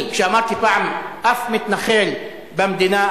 אף מתנחל במדינה,